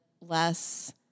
less